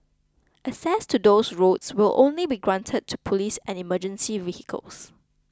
access to those roads will only be granted to police and emergency vehicles